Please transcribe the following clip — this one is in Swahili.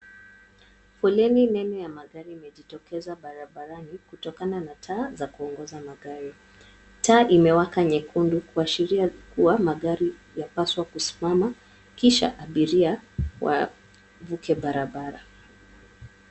Foleni nene ya magari imejitokeza barabarani kutokana na taa za kuongoza magari. Taa imewaka nyekundu kuashiria kua magari yapaswa kusimama kisha abiria wavuke barabara.